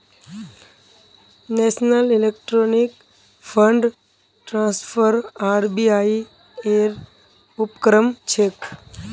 national electronic fund transfer RBI ऐर उपक्रम छेक